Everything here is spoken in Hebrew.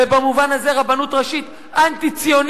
ובמובן הזה רבנות ראשית אנטי-ציונית,